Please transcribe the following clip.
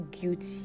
guilty